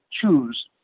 choose